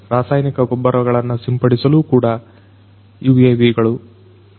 ರಾಸಾಯನಿಕ ಗೊಬ್ಬರಗಳನ್ನು ಸಿಂಪಡಿಸಲು ಕೂಡ UAVಗಳು ಸಹಾಯಮಾಡುತ್ತವೆ